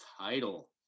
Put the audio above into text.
title